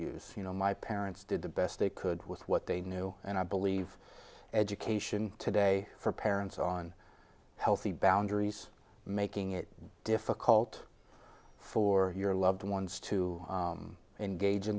use you know my parents did the best they could with what they knew and i believe education today for parents on healthy boundaries making it difficult for your loved ones to engage in